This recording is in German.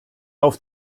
auf